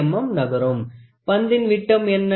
5 mm நகரும் பந்தின் விட்டம் என்ன